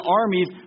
armies